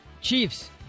Chiefs